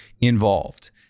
involved